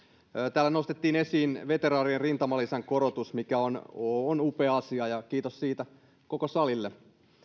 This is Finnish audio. täällä nostettiin esiin veteraanien rintamalisän korotus mikä on on upea asia kiitos siitä koko salille